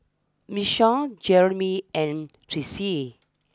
Miesha Jeramy and Tressie